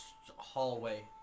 hallway